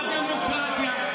אתם חרפה לדמוקרטיה.